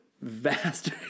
vast